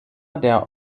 der